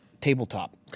tabletop